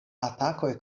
atakoj